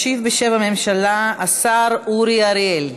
ישיב בשם הממשלה השר אורי אריאל.